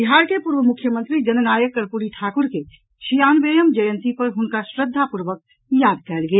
बिहार के पूर्व मुख्यमंत्री जन नायक कर्पूरी ठाकुर के छियानवेयम जयंती पर ह्नका श्रद्धापूर्वक याद कयल गेल